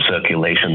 circulation